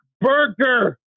Berger